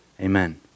Amen